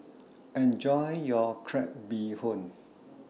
Enjoy your Crab Bee Hoon